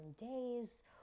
days